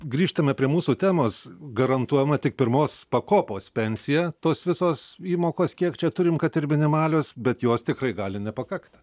grįžtame prie mūsų temos garantuojama tik pirmos pakopos pensija tos visos įmokos kiek čia turim kad ir minimalios bet jos tikrai gali nepakakt